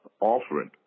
offering